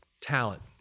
talent